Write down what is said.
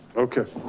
okay.